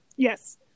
Yes